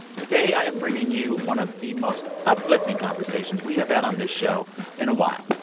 today i am bringing you one of the most uplifting conversations we have had on this show in a while.